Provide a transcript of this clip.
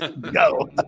Go